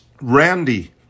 Randy